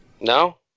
no